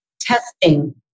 Testing